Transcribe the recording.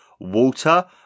Walter